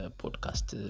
podcast